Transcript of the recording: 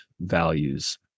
values